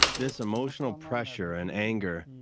but this emotional pressure and anger,